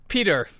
Peter